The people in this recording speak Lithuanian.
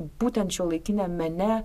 būtent šiuolaikiniam mene